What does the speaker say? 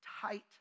tight